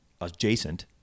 adjacent